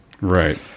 Right